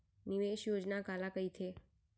निवेश योजना काला कहिथे?